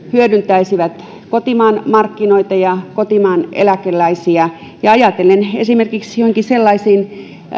hyödyttäisivät kotimaan markkinoita ja kotimaan eläkeläisiä esimerkiksi joihinkin sellaisiin